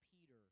Peter